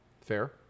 Fair